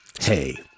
Hey